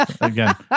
Again